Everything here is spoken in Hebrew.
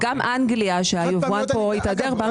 זאת אנגליה שהיבואן כאן התהדר בה.